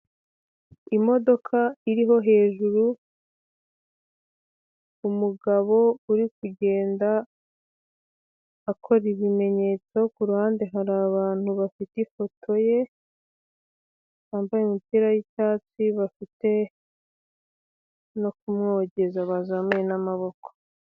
Imodoka iriho hejuru umugabo uri kugenda akora ibimenyetso, ku ruhande hari abantu bafite ifoto ye, bambaye imipira y'icyatsi bafite no kumwogeza bazamuye n'amaboko.